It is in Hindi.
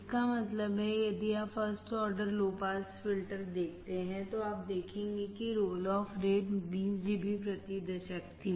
इसका मतलब है यदि आप first order low pass filter देखते हैं तो आप देखेंगे कि रोल ऑफ रेट 20 dB प्रति दशक थी